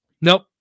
nope